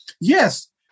yes